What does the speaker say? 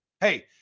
Hey